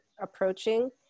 approaching